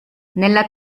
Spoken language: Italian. nella